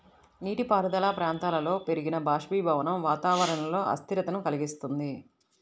నీటిపారుదల ప్రాంతాలలో పెరిగిన బాష్పీభవనం వాతావరణంలో అస్థిరతను కలిగిస్తుంది